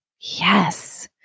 Yes